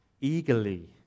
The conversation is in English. eagerly